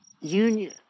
union